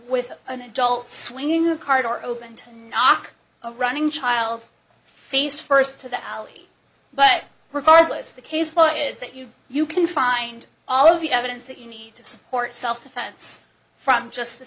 with an adult swinging a car door opened knock a running child's face first to the alley but regardless the case why is that you you can find all of the evidence that you need to support self defense from just the